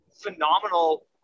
phenomenal